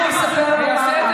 אנחנו יודעים לענות על הכול.